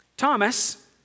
Thomas